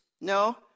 No